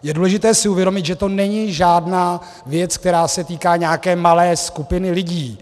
Je důležité si uvědomit, že to není žádná věc, která se týká nějaké malé skupiny lidí.